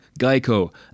Geico